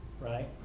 right